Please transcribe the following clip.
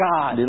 God